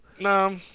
No